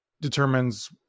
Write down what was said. determines